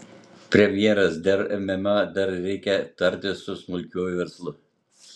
premjeras dėl mma dar reikia tartis su smulkiuoju verslu